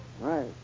right